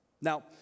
Now